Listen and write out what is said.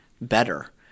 better